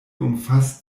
umfasst